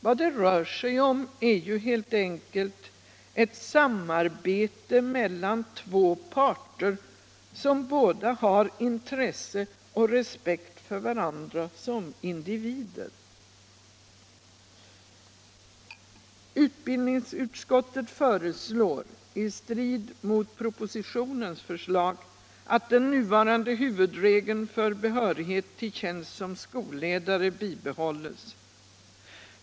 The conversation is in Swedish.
Vad det rör sig om är ju helt enkelt ett samarbete mellan två parter, som båda har intresse och respekt för varandra som individer. Utbildningsutskottet föreslår — i strid mot propositionens förslag — att den nuvarande huvudregeln för behörighet till tjänst som skolledare bibehålles.